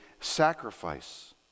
sacrifice